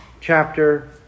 chapter